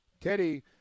Teddy